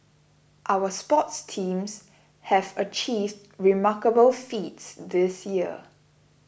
our sports teams have achieved remarkable feats this year